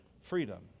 freedom